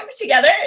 together